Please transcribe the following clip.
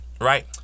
Right